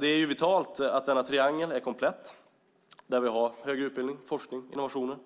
Det är vitalt att denna triangel är komplett med högre utbildning, forskning och innovationer,